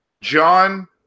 John